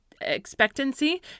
expectancy